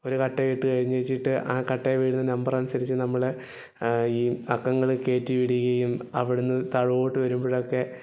ഒരു കട്ടയിട്ട് കഴിഞ്ഞിട്ട് ആ കട്ട വീഴുന്ന നമ്പറനുസരിച്ച് നമ്മള് ഈ അക്കങ്ങൾ കയറ്റി വിടുകയും അവിടുന്ന് താഴോട്ട് വരുമ്പോഴൊക്കെ